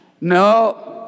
No